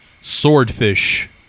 Swordfish